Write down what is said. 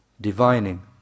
divining